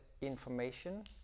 information